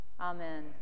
Amen